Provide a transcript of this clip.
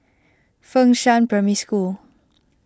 Fengshan Primary School